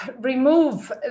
remove